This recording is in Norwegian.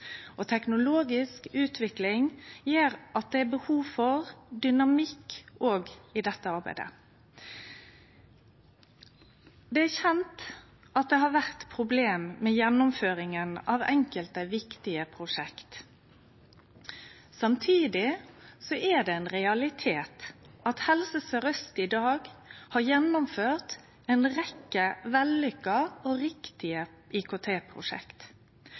og teknologisk utvikling gjer at det er behov for dynamikk òg i dette arbeidet. Det er kjent at det har vore problem med gjennomføringa av enkelte viktige prosjekt. Samtidig er det ein realitet at Helse Sør-Aust i dag har gjennomført ei rekkje vellykka og riktige